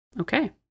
Okay